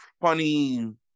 funny